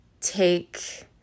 take